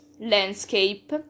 landscape